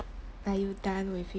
are you done with it